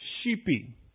sheepy